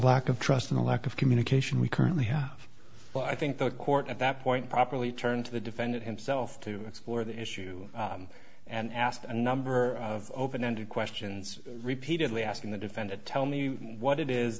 lack of trust and a lack of communication we currently have but i think the court at that point properly turned to the defendant himself to explore the issue and ask a number of open ended questions repeatedly asking the defendant tell me what it is